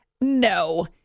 No